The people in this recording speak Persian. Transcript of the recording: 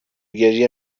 گریه